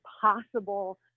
possible